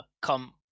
come